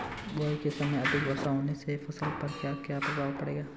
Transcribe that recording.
बुआई के समय अधिक वर्षा होने से फसल पर क्या क्या प्रभाव पड़ेगा?